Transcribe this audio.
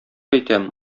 әйтәм